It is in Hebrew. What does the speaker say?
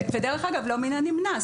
דרך אגב, לא מן הנמנע.